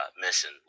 mission